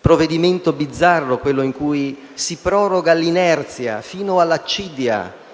provvedimento bizzarro quello in cui si proroga l'inerzia sino all'accidia.